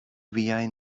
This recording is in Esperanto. viajn